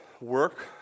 work